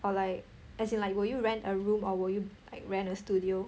or like as in like will you rent a room or will you like rent a studio